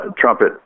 trumpet